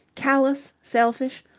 callous, selfish,